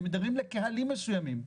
הם מדרים לקהלים מסוימים.